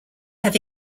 have